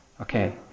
Okay